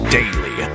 daily